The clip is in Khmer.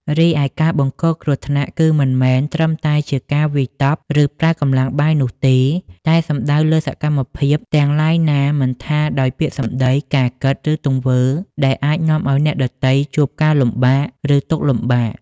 រីឯការបង្កគ្រោះថ្នាក់ គឺមិនមែនត្រឹមតែការវាយតប់ ឬប្រើកម្លាំងបាយនោះទេ តែសំដៅលើសកម្មភាពទាំងឡាយណាមិនថាដោយពាក្យសម្ដី ការគិត ឬទង្វើ ដែលអាចនាំឲ្យអ្នកដទៃជួបការលំបាក ឬទុក្ខលំបាក។